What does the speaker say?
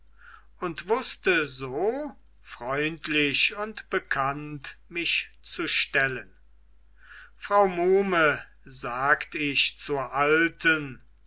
so und wußte so freundlich und bekannt mich zu stellen frau muhme sagt ich zur alten